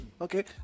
Okay